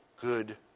good